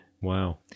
Wow